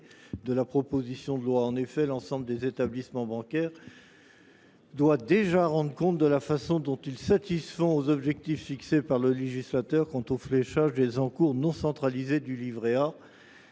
de la proposition de loi. En effet, l’ensemble des établissements bancaires doivent déjà rendre compte de la façon dont ils satisfont aux objectifs fixés par le législateur quant au fléchage des encours non centralisés du livret A.